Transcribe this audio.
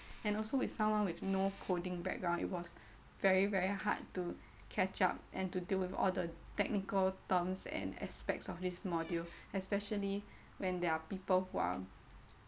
and also with someone with no coding background it was very very hard to catch up and to deal with all the technical terms and aspects of this module especially when there are people who are